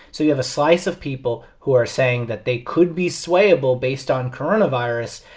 so you have a slice of people who are saying that they could be swayable based on coronavirus.